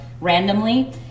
randomly